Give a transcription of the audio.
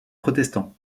protestants